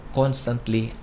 constantly